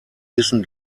wissen